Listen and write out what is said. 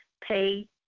pay